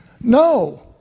no